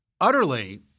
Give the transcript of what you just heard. utterly